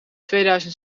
tweeduizend